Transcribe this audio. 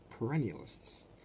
perennialists